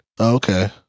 okay